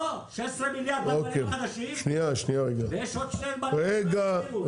16 מיליארד בנמלים החדשים ויש עוד שני נמלים שלא הזכירו.